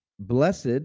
Blessed